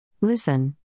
Listen